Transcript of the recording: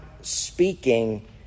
speaking